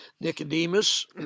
Nicodemus